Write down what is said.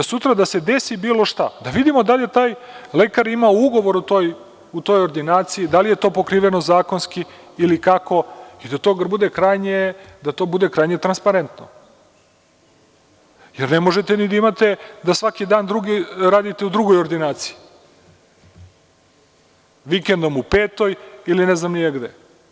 Sutra da se desi bilo šta, da vidimo da li je taj lekar imao ugovor u toj ordinaciji, da li je to pokriveno zakonski ili kako i da to bude krajnje transparentno, jer ne možete da svaki dan radite u drugoj ordinaciji, vikendom u petoj ili ne znam ni ja gde.